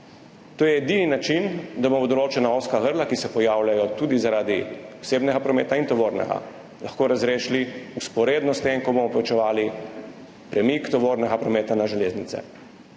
To je edini način, da bomo določena ozka grla, ki se pojavljajo tudi zaradi osebnega prometa, in tovornega, lahko razrešili vzporedno s tem, ko bomo povečevali premik tovornega prometa na železnice.